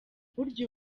burya